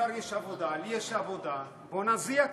לשר יש עבודה, לי יש עבודה, בוא נזיע קצת.